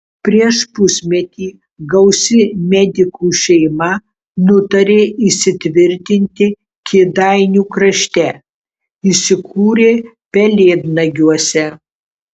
prieš pusmetį gausi medikų šeima nutarė įsitvirtinti kėdainių krašte įsikūrė pelėdnagiuose